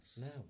No